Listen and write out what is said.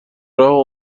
راهو